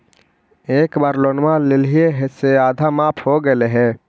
एक बार लोनवा लेलियै से आधा माफ हो गेले हल?